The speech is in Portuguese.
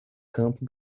campo